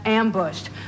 ambushed